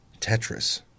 Tetris